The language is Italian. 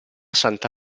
santa